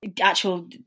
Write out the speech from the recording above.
actual